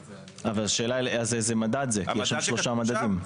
איזה מדד זה, מדובר בשלושה מדדים.